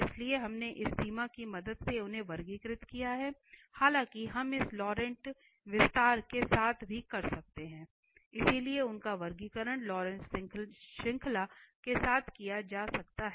इसलिए हमने इस सीमा की मदद से उन्हें वर्गीकृत किया है हालांकि हम इस लॉरेंट विस्तार के साथ भी कर सकते हैं इसलिए उनका वर्गीकरण लॉरेंट श्रृंखला के साथ किया जा सकता है